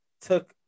took